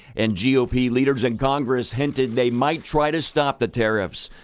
and g o p. leaders in congress hinted they might try to stop the tariffs.